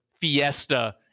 fiesta